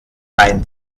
ein